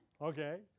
okay